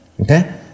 Okay